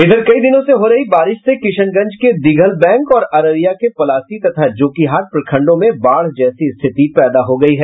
उधर कई दिनों से हो रही बारिश से किशनगंज के दिघल बैंक और अररिया के पलासी तथा जोकीहाट प्रखंडों में बाढ़ जैसी स्थिति पैदा हो गयी है